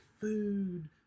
food